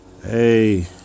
Hey